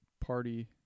party